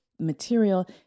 material